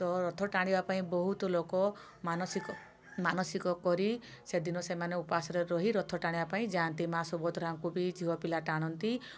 ତ ରଥ ଟାଣିବାପାଇଁ ବହୁତ ଲୋକ ମାନସିକ ମାନସିକ କରି ସେଦିନ ସେମାନେ ଉପାସରେ ରହି ରଥ ଟାଣିବାପାଇଁ ଯାଆନ୍ତି ମା' ସୁଭଦ୍ରାଙ୍କୁ ବି ଝିଅପିଲା ଟାଣନ୍ତି